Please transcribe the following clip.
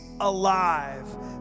alive